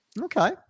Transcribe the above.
Okay